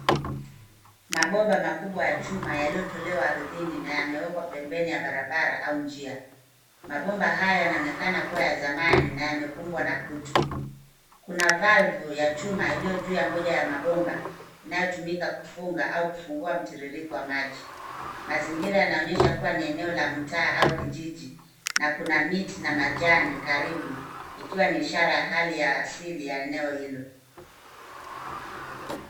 Mabomba makubwa ya chuma yaliotolewa ardhini na yamewekwa pembeni ya barabara au njia. Mabomba hayo yanaonekana kuwa ya zamani na yamekumbwa na kutu. Kuna valvu ya chuma iliojuu ya moja ya mabomba inayotumika kufunga au kufungua mtiririko wa maji. Mazingira yanaonyesha kuwa ni eneo la mtaa au kijiji na kuna miti na majani karibu ikiwa ni ishara ya hali ya asili ya eneo hilo.